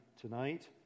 tonight